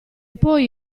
poi